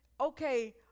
okay